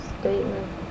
statement